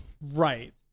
right